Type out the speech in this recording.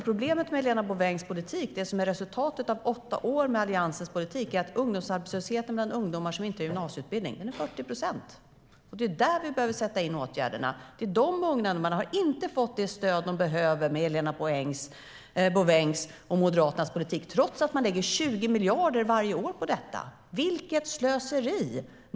Problemet med Helena Bouvengs politik, det som är resultatet efter åtta år med Alliansens politik, är att ungdomsarbetslösheten bland ungdomar som inte har gymnasieutbildning är 40 procent. Det är där som vi behöver sätta in åtgärderna. Dessa ungdomar har inte fått det stöd som de behöver med Helena Bouvengs och Moderaternas politik, trots att de har lagt 20 miljarder varje år på detta. Vilket slöseri!